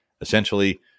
Essentially